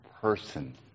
person